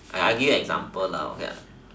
I give you an example now lah